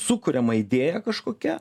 sukuriama idėja kažkokia